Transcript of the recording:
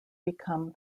become